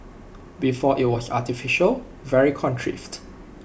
before IT was artificial very contrived